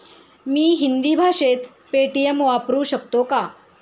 मी हिंदी भाषेत पेटीएम वापरू शकतो का?